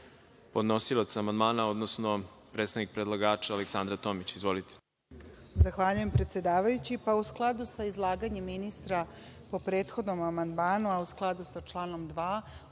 podnosilac amandmana, odnosno predstavnik predlagača Aleksandra Tomić. Izvolite. **Aleksandra Tomić** Zahvaljujem predsedavajući.U skladu sa izlaganjem ministra po prethodnom amandmanu, a u skladu sa članom 2.